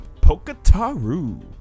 Poketaru